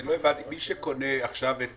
לא הבנתי, מי שקונה עכשיו את